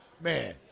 man